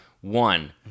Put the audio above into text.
One